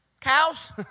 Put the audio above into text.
cows